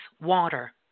water